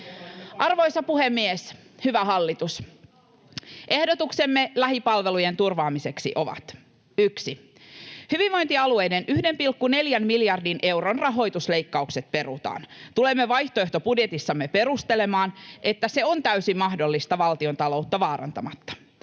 Arvoisa puhemies! Hyvä hallitus, ehdotuksemme lähipalvelujen turvaamiseksi ovat: 1) Hyvinvointialueiden 1,4 miljardin euron rahoitusleikkaukset perutaan. Tulemme vaihtoehtobudjetissamme perustelemaan, että se on täysin mahdollista valtiontaloutta vaarantamatta.